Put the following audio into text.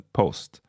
post